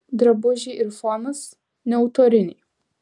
drabužiai ir fonas neautoriniai